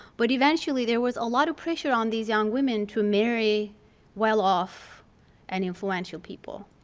but eventually there was a lot of pressure on these young women to marry well-off and influential people.